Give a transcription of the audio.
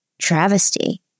travesty